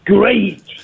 Great